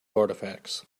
artifacts